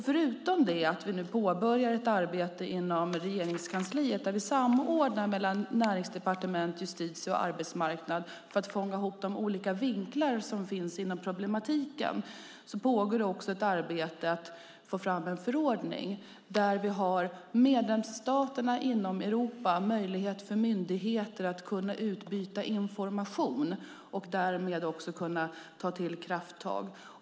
Förutom att vi nu påbörjar ett arbete inom Regeringskansliet som samordnas mellan Näringsdepartementet, Justitiedepartementet och Arbetsmarknadsdepartementet för att fånga upp de olika vinklar som finns i problematiken pågår också ett arbete med att ta fram en förordning som ger myndigheterna i Europas medlemsstater möjligheter att utbyta information och därmed också att ta krafttag.